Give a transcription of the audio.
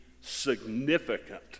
significant